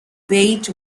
bait